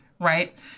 right